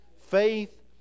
faith